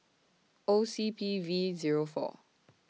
O C P V Zero four